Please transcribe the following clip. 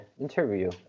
interview